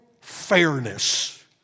fairness